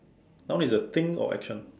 noun is a thing or action